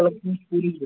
ଚାଲ ଆମେ ପୁରୀ ଯିବି